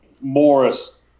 Morris